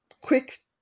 Quick